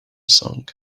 song